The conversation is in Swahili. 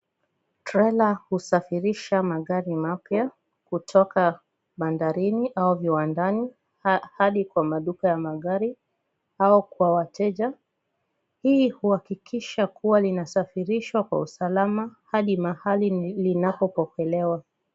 Trela husafirisha magari mapya kutoka bandarini au viwandani hadi kwa maduka ya magari au kwa wateja. Hii huakikisha kuwa linasafirishwa kwa usalama hadi mahali linapopokelewa.